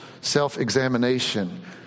self-examination